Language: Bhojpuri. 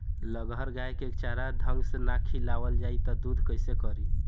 लगहर गाय के चारा ढंग से ना खियावल जाई त दूध कईसे करी